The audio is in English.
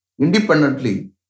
independently